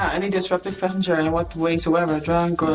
any disruptive passenger in what way-soever. drunk, or.